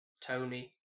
tony